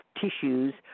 tissues